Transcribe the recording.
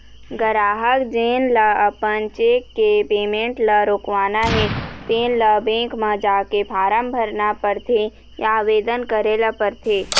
गराहक जेन ल अपन चेक के पेमेंट ल रोकवाना हे तेन ल बेंक म जाके फारम भरना परथे या आवेदन करे ल परथे